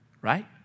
right